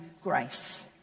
grace